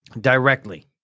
directly